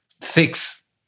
fix